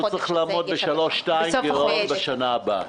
שהוא צריך לעמוד ב-3.2% גירעון בשנה הבאה.